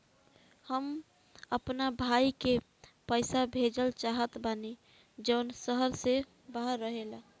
हम अपना भाई के पइसा भेजल चाहत बानी जउन शहर से बाहर रहेला